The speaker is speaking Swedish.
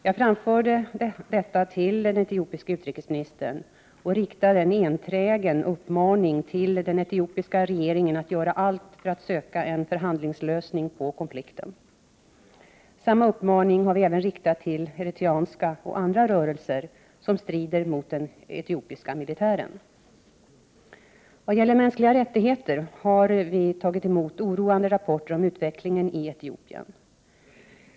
Jag framförde detta till den etiopiske utrikesministern och riktade en enträgen uppmaning till den etiopiska regeringen att göra allt för att söka en förhandlingslösning på konflikten. Samma uppmaning har vi även riktat till eritreanska och andra rörelser som strider mot den etiopiska militären. Vad gäller mänskliga rättigheter har vi tagit emot oroande rapporter om utvecklingen i Etiopien.